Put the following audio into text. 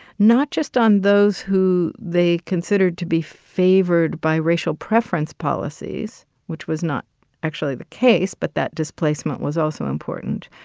not just on those who they considered to be favored by racial preference policies, which was not actually the case, but that displacement was also important.